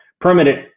permanent